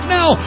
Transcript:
now